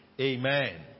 Amen